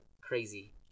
crazy